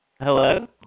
Hello